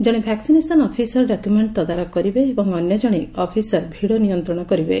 ଜଣେ vaccination officer document ତଦାରଖ କରିବେ ଏବଂ ଅନ୍ୟଜଣେ ଅଫିସର ଭିଡ ନିୟନ୍ତଣ କରିବେ